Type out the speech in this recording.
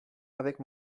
avec